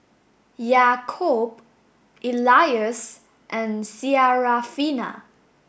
Yaakob Elyas and Syarafina